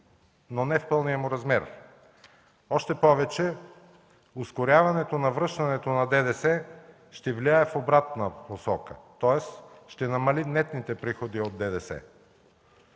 но не в пълния му размер. Още повече ускоряването на връщането на ДДС ще влияе в обратна посока, тоест ще намали нетните приходи от ДДС.